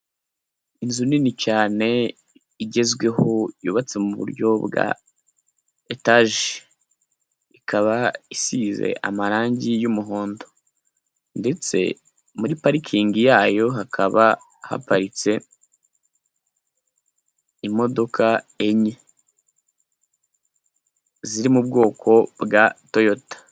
Inzu nini cyane, igezweho, yubatse mu buryo bwa etaje, ikaba isize amarangi y'umuhondo, ndetse muri parikingi yayo hakaba haparitse imodoka enye, ziri mu bwoko bwa toyota.